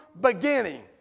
beginning